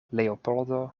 leopoldo